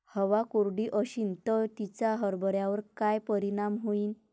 हवा कोरडी अशीन त तिचा हरभऱ्यावर काय परिणाम होईन?